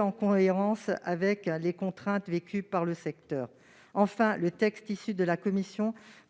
en cohérence avec les contraintes vécues par le secteur. Enfin, le texte issu de la commission